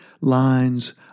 lines